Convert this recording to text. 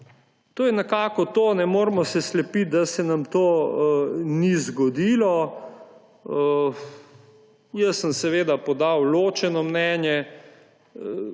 To je nekako to. Ne moremo se slepiti, da se nam to ni zgodilo. Jaz sem podal ločeno mnenje